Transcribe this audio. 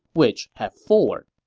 which have four.